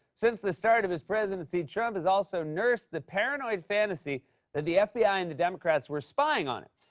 since the start of his presidency, trump has also nursed the paranoid fantasy that the fbi and the democrats were spying on him.